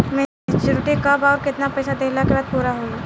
Maturity कब आउर केतना पईसा देहला के बाद पूरा होई?